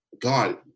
God